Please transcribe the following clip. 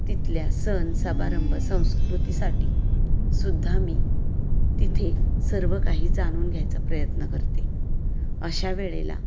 तिथल्या सण समारंभ संस्कृतीसाठी सुद्धा मी तिथे सर्व काही जाणून घ्यायचा प्रयत्न करते अशा वेळेला